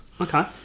Okay